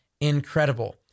incredible